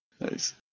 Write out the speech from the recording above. Nice